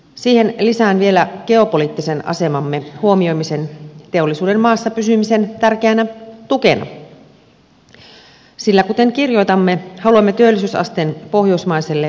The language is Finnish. siihen lisään vielä geopoliittisen asemamme huomioimisen teollisuuden maassa pysymisen tärkeänä tukena sillä kuten kirjoitamme haluamme työllisyysasteen pohjoismaiselle tasolle